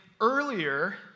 Earlier